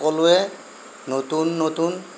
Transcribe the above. সকলোৱে নতুন নতুন